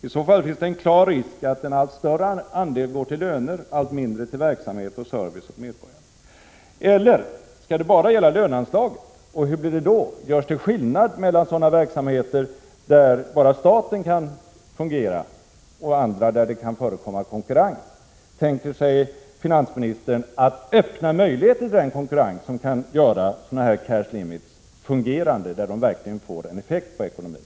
I så fall finns det en klar risk för att en allt större andel går till löner och en allt mindre andel till verksamhet och service åt medborgarna. Eller skall det bara gälla löneanslaget? Hur blir det då? Görs det skillnad mellan sådana verksamheter där bara staten kan fungera och andra där det kan förekomma konkurrens? Tänker sig finansministern att öppna möjlighet till den konkurrens som kan göra att cash limits fungerar och verkligen får en effekt på ekonomin?